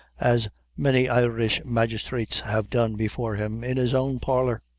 as many irish magistrates have done before him, in his own parlor